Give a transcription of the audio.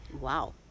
Wow